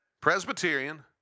Presbyterian